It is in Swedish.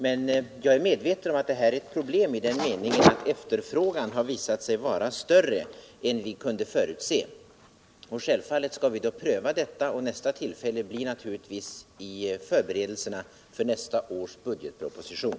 Men jag är medveten om att det här är ett problem i den meningen att efterfrågan visat sig vara större än vi kunde förutse. Självfallet skall vi pröva detta, och nästa tillfälle härtill blir naturligtvis vid förberedelserna för nästa års budgetproposition.